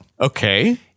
Okay